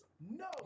No